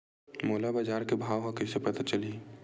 मोला बजार के भाव ह कइसे पता चलही?